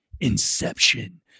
Inception